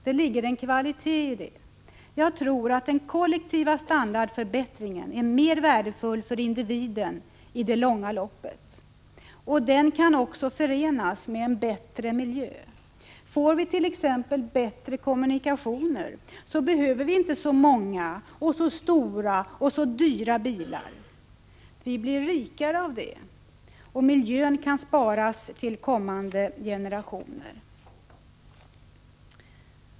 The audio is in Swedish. Det ligger en kvalitet i det. Jag tror att den kollektiva standardförbättringen är mer värdefull för individen i det långa loppet. Den kan också förenas med en bättre miljö. Får vi t.ex. bättre kommunikationer, behöver vi inte så många, så stora och så dyra bilar. Vi blir rikare av det, och miljön kan sparas till kommande generationer.